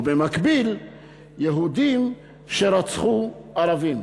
ובמקביל יהודים שרצחו ערבים.